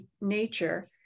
nature